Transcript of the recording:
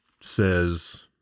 says